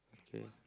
K